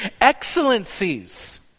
excellencies